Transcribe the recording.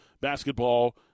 basketball